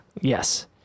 Yes